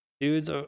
Dude's